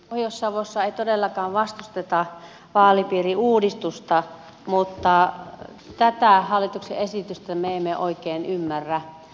pohjois savossa ei todellakaan vastusteta vaalipiiriuudistusta mutta tätä hallituksen esitystä me emme oikein ymmärrä